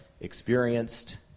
experienced